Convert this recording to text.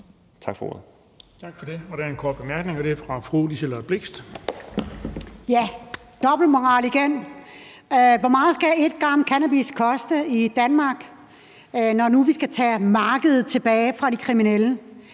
Tak for ordet.